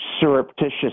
surreptitious